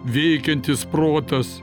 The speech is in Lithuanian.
veikiantis protas